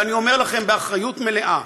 ואני אומר לכם באחריות מלאה: